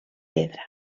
pedra